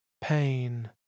pain